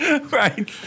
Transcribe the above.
Right